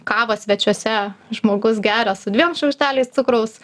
kavą svečiuose žmogus geria su dviem šaukšteliais cukraus